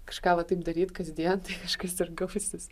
kažką va taip daryt kasdien tai kažkas ir gausis